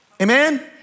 Amen